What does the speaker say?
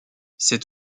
cet